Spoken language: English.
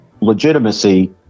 legitimacy